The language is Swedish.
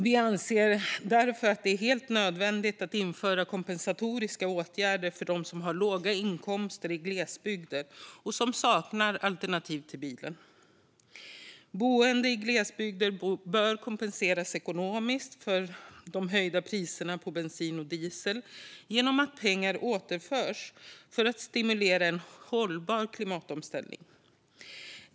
Vi anser därför att det är helt nödvändigt att införa kompensatoriska åtgärder för dem som har låga inkomster i glesbygder och som saknar alternativ till bilen. Boende i glesbygder bör kompenseras ekonomiskt för de höjda priserna på bensin och diesel genom att pengar återförs för att stimulera en hållbar klimatomställning.